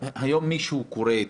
אנחנו יודעים היום מכל המחקרים,